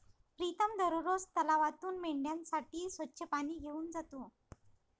प्रीतम दररोज तलावातून मेंढ्यांसाठी स्वच्छ पाणी घेऊन जातो